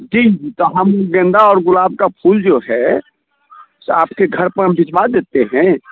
जी जी तो हम गेंदा और गुलाब का फूल जो है सो आपके घर हम भिजवा देते हैं